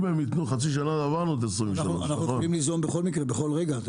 אם הם יתנו חצי שנה עברנו את 2023. אנחנו יכולים ליזום בכל מקרה בכל רגע.